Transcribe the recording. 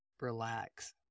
relax